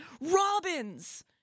robins